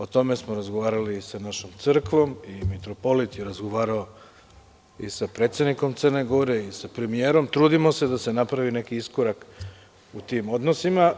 O tome smo razgovarali i sa našom crkvom i mitropolit je razgovarao i sa predsednikom Crne Gore i sa premijerom, trudimo se da napravi neki iskorak u tim odnosima.